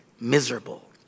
miserable